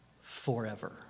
forever